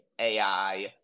AI